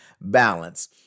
balance